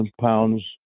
pounds